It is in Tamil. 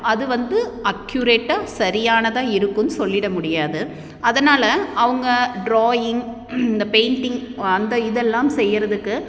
அது வந்து அக்யூரேட்டாக சரியானதாக இருக்குனும் சொல்லிட முடியாது அதனால் அவங்க ட்ராயிங் இந்த பெயிண்டிங் அந்த இதெல்லாம் செய்கிறதுக்கு